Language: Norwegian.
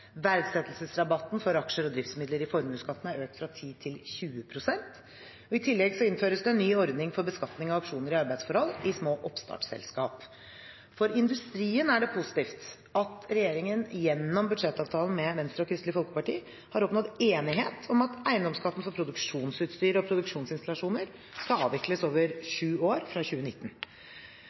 Verdsettelsesrabatten for aksjer og driftsmidler i formuesskatten er økt fra 10 pst. til 20 pst. I tillegg innføres det en ny ordning for beskatning av opsjoner i arbeidsforhold i små oppstartsselskap. For industrien er det positivt at regjeringen gjennom budsjettavtalen med Venstre og Kristelig Folkeparti har oppnådd enighet om at eiendomsskatten for produksjonsutstyr og produksjonsinstallasjoner skal avvikles over syv år fra 2019.